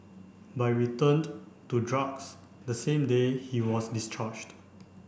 but we returned to drugs the same day he was discharged